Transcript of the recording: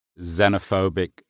xenophobic